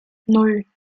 nan